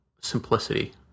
simplicity